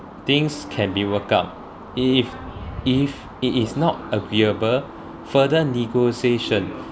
things can be workout if if it is not agreeable further negotiation